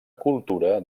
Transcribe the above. cultura